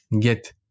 get